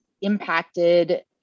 impacted